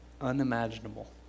unimaginable